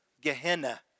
Gehenna